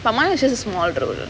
but mine is just a small role you know